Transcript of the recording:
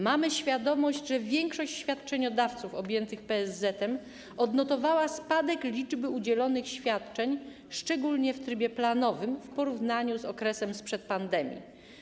Mamy świadomość, że większość świadczeniodawców objętych PSZ-etem odnotowała spadek liczby udzielonych świadczeń, szczególnie w trybie planowym, w porównaniu z okresem sprzed pandemii.